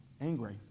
angry